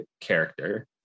character